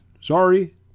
sorry